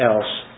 else